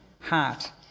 heart